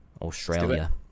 australia